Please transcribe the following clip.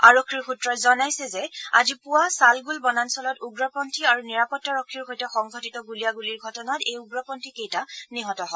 আৰক্ষীৰ সূত্ৰই জনাইছে যে আজি পুৱা চালগুল বনাঞ্চলত উগ্ৰপন্থী আৰু নিৰাপত্তাৰক্ষীৰ সৈতে সংঘটিত গুলীয়াগুলীৰ ঘটনাত এই উগ্ৰপন্থীকেইটা নিহত হয়